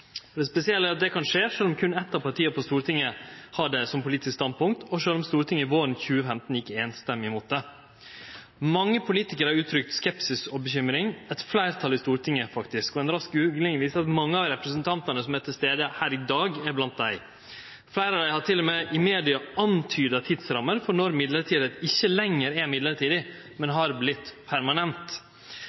stortingsperioden. Det spesielle er at det kan skje, sjølv om berre eitt av partia på Stortinget har det som politisk standpunkt, og sjølv om Stortinget våren 2015 gjekk samrøystes mot det. Mange politikarar har uttrykt skepsis og bekymring, eit fleirtal i Stortinget faktisk. Ei rask googling viser at mange av representantane som er til stades her i dag, er blant dei. Fleire av dei har til og med i media nemnt ei tidsramme for når mellombels ikkje lenger er mellombels, men har vorte permanent.